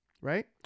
right